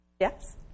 Yes